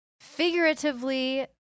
figuratively